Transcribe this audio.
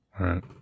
right